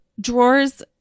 drawers